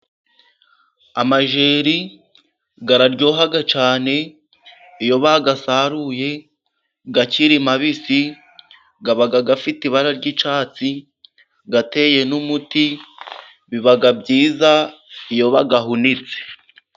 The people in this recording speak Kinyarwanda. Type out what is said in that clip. Amajeri araryoha cyane iyo bayasaruye akiri mabisi aba afite ibara ry'icyatsi ateye n'umuti biba byiza iyobayahunitse.